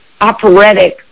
operatic